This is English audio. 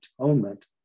atonement